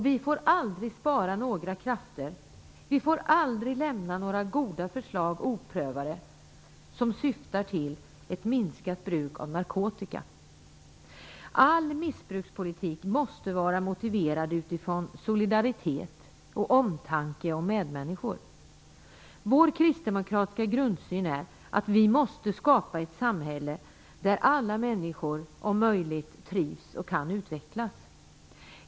Vi får aldrig spara några krafter, och vi får aldrig lämna några goda förslag oprövade som syftar till ett minskat bruk av narkotika. All missbrukspolitik måste vara motiverad utifrån solidaritet och omtanke om medmänniskor. Vår kristdemokratiska grundsyn är att vi måste skapa ett samhälle där alla människor om möjligt trivs och kan utvecklas.